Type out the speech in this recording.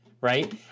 right